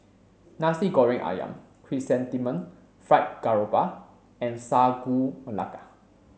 Nasi Goreng Ayam Chrysanthemum Fried Garoupa and Sagu Melaka